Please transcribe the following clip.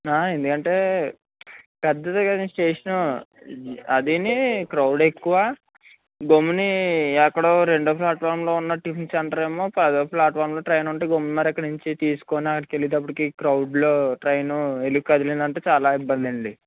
ఎందుకంటే పెద్దదే కానీ స్టేషను అదినీ క్రౌడ్ ఎక్కువ బొమ్మిని ఎక్కడో రెండో ప్లాట్ఫామ్లో ఉన్నట్టు టిఫిన్ సెంటర్ ఏమో పదో ప్లాట్ఫామ్లో ట్రైన్ ఉంటే గోమ్నరకు నుంచి తీసుకొని అక్కడికెళ్ళేటప్పటికి క్రౌడ్లో ట్రైను వెల్లి కదిలిందంటే చాలా ఇబ్బందండి